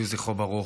יהיה זכרו ברוך.